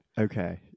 Okay